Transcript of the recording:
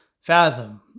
fathom